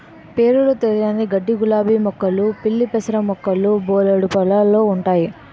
పేరులు తెలియని గడ్డిగులాబీ మొక్కలు పిల్లిపెసర మొక్కలు బోలెడు పొలాల్లో ఉంటయి